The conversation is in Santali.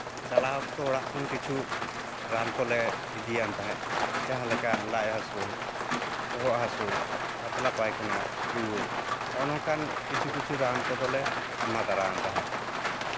ᱪᱟᱞᱟᱣ ᱚᱠᱛᱚ ᱚᱲᱟᱜ ᱠᱷᱚᱱ ᱠᱤᱪᱷᱩ ᱨᱟᱱ ᱠᱚᱞᱮ ᱤᱫᱤᱭᱟᱱ ᱛᱟᱦᱮᱸᱫ ᱡᱟᱦᱟᱸᱞᱮᱠᱟ ᱞᱟᱡ ᱦᱟᱹᱥᱩ ᱵᱚᱦᱚᱜ ᱦᱟᱹᱥᱩ ᱯᱟᱛᱞᱟ ᱯᱟᱭᱠᱷᱟᱱᱟ ᱨᱩᱣᱟᱹ ᱱᱚᱜᱼᱚ ᱱᱚᱝᱠᱟᱱ ᱠᱤᱪᱷᱩ ᱠᱤᱪᱷᱩ ᱨᱟᱱ ᱠᱚᱫᱚ ᱞᱮ ᱴᱷᱮᱢᱟ ᱫᱟᱨᱟᱣᱟᱱ ᱛᱟᱦᱮᱸᱫ